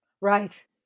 Right